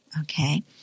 Okay